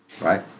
Right